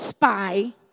spy